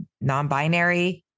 non-binary